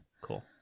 Cool